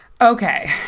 Okay